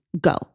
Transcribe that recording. Go